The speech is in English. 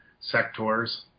sectors